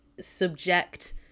subject